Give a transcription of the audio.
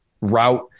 route